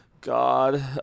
God